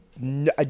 No